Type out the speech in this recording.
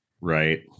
right